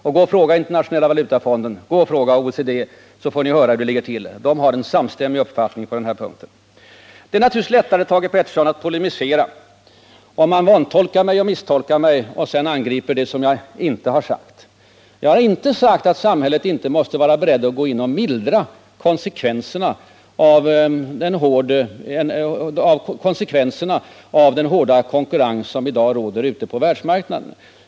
Och fråga Internationella valutafonden och OECD, så får ni höra hur det ligger till! Dessa auktoriteter har en samstämmig uppfattning på den här punkten. Det är naturligtvis lättare, Thage Peterson, att polemisera om man först vantolkar och misstolkar mig och sedan angriper det som jag inte har sagt. Jag har inte sagt att samhället inte måste vara berett att gå in och mildra konsekvenserna av den hårda konkurrens som i dag råder ute på världsmarknaden.